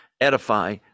edify